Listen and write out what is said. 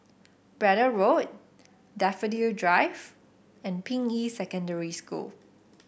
Braddell Road Daffodil Drive and Ping Yi Secondary School